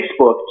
Facebook